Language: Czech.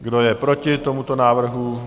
Kdo je proti tomuto návrhu?